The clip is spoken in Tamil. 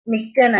மிக்க நன்றி